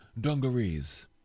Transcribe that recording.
dungarees